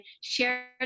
share